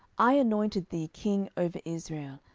i anointed thee king over israel,